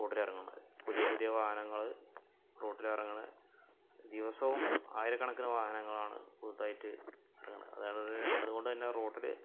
റോഡിൽ ഇറങ്ങുന്നത് പുതിയ പുതിയ വാഹനങ്ങൾ റോഡിലിറങ്ങുന്നു ദിവസവും ആയിരക്കണക്കിന് വാഹനങ്ങളാണ് പുതുതായിട്ട് ഇറങ്ങുന്നത് അതാണ് ഒരു അതുകൊണ്ട് തന്നെ റോഡിൽ